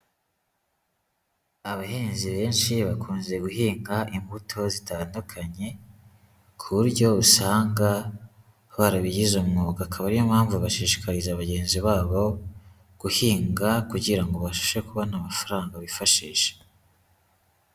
Abahinzi benshi bakunze guhinga imbuto zitandukanye, ku buryo usanga barabigize umwuga, akaba ari yo mpamvu bashishikariza bagenzi babo guhinga kugira ngo basheshe kubona amafaranga bifashisha.